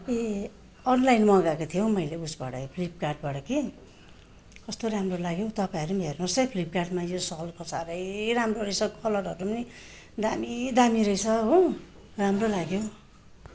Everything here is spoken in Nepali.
ए अनलाइन मगाएको थिएँ हौ मैले उसबड फ्लिपकार्टबाट कि कस्तो राम्रो लाग्यो तपाईँहरू पनि हेर्नुहोस् है फ्लिपकार्टमा यो सल त साह्रै राम्रो रहेछ कलरहरू पनि दामी दामी रहेछ हो राम्रो लाग्यो